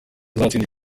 azatsinda